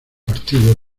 partido